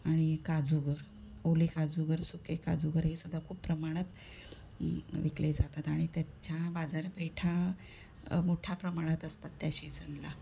आणि काजूगर ओले काजूगर सुके काजूगर हे सुद्धा खूप प्रमाणात विकले जातात आणि त्याच्या बाजारपेठा मोठ्या प्रमाणात असतात त्या शिजनला